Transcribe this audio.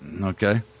okay